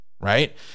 right